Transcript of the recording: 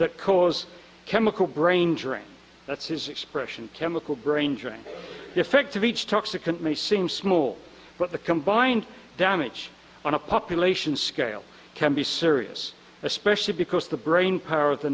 that cause chemical brain drain that's his expression chemical brain drain effect of each toxic and may seem small but the combined damage on a population scale can be serious especially because the brain power